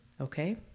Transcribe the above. Okay